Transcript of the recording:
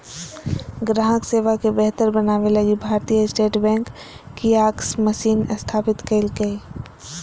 ग्राहक सेवा के बेहतर बनाबे लगी भारतीय स्टेट बैंक कियाक्स मशीन स्थापित कइल्कैय